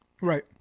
Right